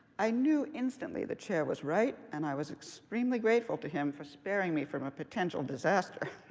i knew instantly the chair was right, and i was extremely grateful to him for sparing me from a potential disaster.